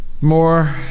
More